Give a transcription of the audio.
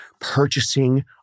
purchasing